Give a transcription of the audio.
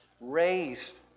raised